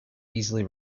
easily